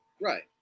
Right